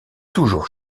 toujours